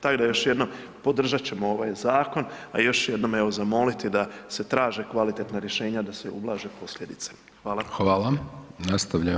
Tako da još jednom, podržat ćemo ovaj zakon, a još jednom evo zamoliti da se traže kvalitetna rješenja da se ublaže posljedice.